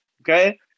okay